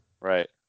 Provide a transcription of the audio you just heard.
Right